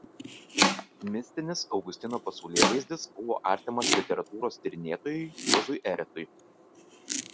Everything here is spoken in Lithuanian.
mistinis augustino pasaulėvaizdis buvo artimas literatūros tyrinėtojui juozui eretui